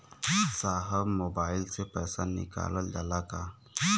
साहब मोबाइल से पैसा निकल जाला का?